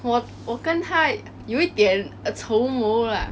我我跟他有一点 err 仇魔 lah